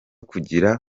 kugira